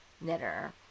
knitter